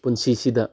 ꯄꯨꯟꯁꯤꯁꯤꯗ